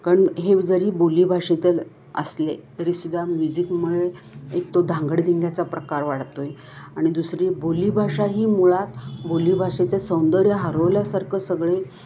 कारण हे जरी बोलीभाषेतील असले तरीसुद्धा म्युझिकमुळे एक तो धांगडधिंग्याचा प्रकार वाढतो आहे आणि दुसरी बोलीभाषा ही मुळात बोली भााषेचे सौंदर्य हरवल्यासारखं सगळे